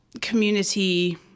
community